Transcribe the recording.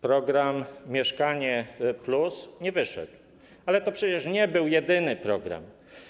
Program „Mieszkanie+” nie wyszedł, ale to przecież nie był jedyny program.